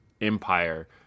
empire